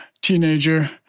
teenager